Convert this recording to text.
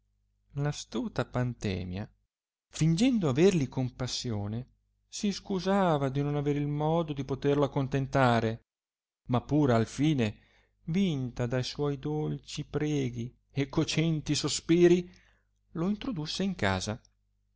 l astuta pantemia tìngendo averli compassione si iscusava di non aver il modo di poterlo accontentare ma pur al fine vinta da suoi dolci preghi e cocenti sospiri lo introdusse in casa